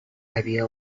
había